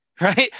Right